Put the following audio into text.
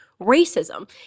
racism